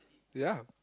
ya